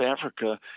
Africa